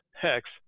hex